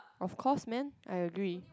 of course man I will do it